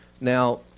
Now